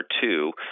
two